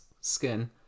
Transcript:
skin